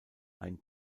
ein